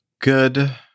good